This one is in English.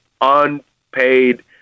unpaid